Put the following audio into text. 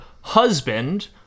husband